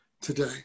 today